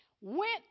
went